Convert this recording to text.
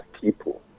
people